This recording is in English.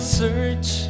search